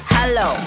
Hello